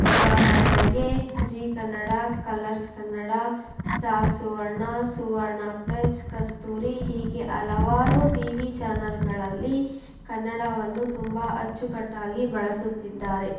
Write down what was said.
ಉದಾಹರಣೆಗೆ Zee Kannada Colors Kannada Star Suvarna Suvarna Plus Kasturi ಹೀಗೆ ಹಲವಾರು ಟಿ ವಿ ಚಾನೆಲ್ಗಳಲ್ಲಿ ಕನ್ನಡವನ್ನು ತುಂಬ ಅಚ್ಚುಕಟ್ಟಾಗಿ ಬಳಸುತ್ತಿದ್ದಾರೆ